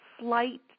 slight